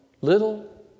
little